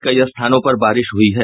कई स्थानों पर बारिश हुयी है